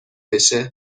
بشه